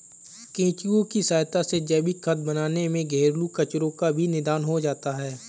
केंचुए की सहायता से जैविक खाद बनाने में घरेलू कचरो का भी निदान हो जाता है